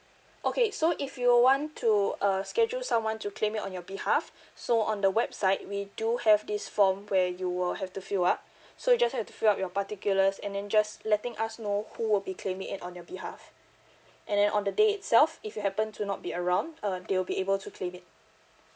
okay so if you want to uh schedule someone to claim it on your behalf so on the website we do have this form where you will have to fill up so you just have to fill up your particulars and then just letting us know who will be claiming it on your behalf and then on the day itself if you happen to not be around uh they will be able to claim it